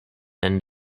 end